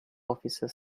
officer